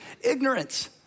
ignorance